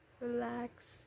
relax